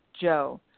Joe